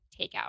takeout